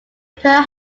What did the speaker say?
pearl